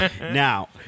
Now